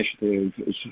initiative